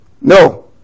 No